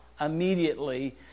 immediately